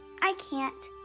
i can't,